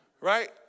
Right